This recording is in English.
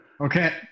Okay